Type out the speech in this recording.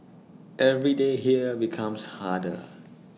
every day here becomes harder